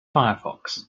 firefox